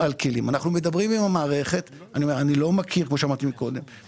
האם העובדה שיש צריכה גדולה מצד